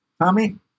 Tommy